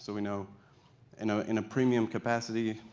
so we know and know in a premium capacity,